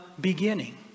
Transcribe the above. beginning